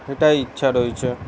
এটাই ইচ্ছা রয়েছে